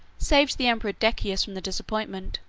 saved the emperor decius from the disappointment,